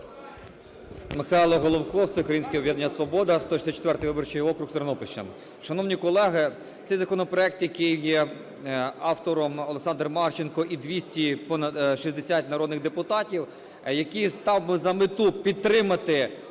Михайло Головко, Всеукраїнське об'єднання "Свобода", 164 виборчий округ, Тернопільщина. Шановні колеги, цей законопроект, якого є автором Олександр Марченко і 260 народних депутатів, який ставить за мету підтримати,